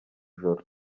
ijoro